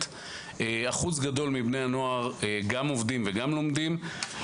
אחוז גדול מבני הנוער גם עובדים וגם לומדים.